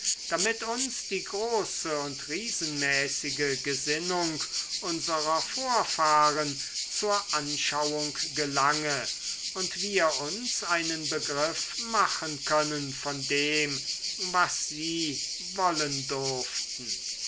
damit uns die große und riesenmäßige gesinnung unserer vorfahren zur anschauung gelange und wir uns einen begriff machen können von dem was sie wollen durften